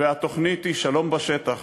והתוכנית היא: שלום בשטח.